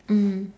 mm